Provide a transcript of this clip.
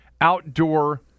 outdoor